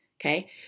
Okay